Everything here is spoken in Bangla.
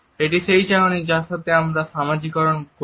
এটি সেই চাহনি যার সাথে আমরা সামাজিকতার সাথে করি